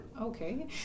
Okay